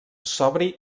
sobri